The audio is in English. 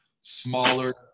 smaller